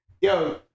Yo